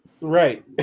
Right